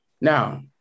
Now